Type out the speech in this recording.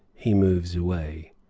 he moves away.